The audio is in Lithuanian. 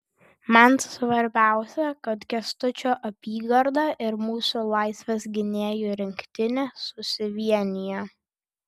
man svarbiausia kad kęstučio apygarda ir mūsų laisvės gynėjų rinktinė susivienija